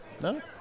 No